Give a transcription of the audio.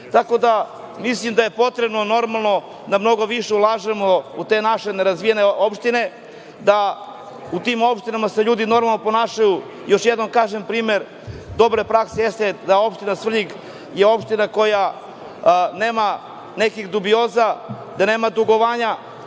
da bude. Mislim da je potrebno, normalno, da mnogo više ulažemo u te naše nerazvijene opštine, da u tim opštinama se ljudi normalno ponašaju. Još jednom, kažem, primer dobre prakse jeste da opština Svrljig. To je opština koja nema nekih dubioza, gde nema dugovanja,